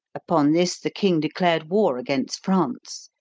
upon this the king declared war against france.